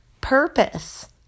purpose